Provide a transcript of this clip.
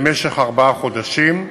למשך ארבעה חודשים,